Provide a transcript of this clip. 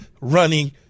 running